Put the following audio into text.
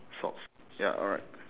socks ya alright